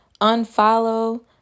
unfollow